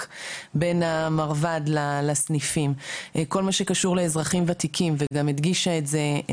וכבר לקראת סוף הגל הראשון הצלחנו כבר להסדיר איזה סוג של